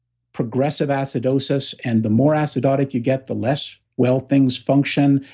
progressive acidosis. and the more acidotic you get, the less well things function,